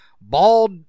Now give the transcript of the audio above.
bald